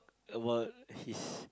about his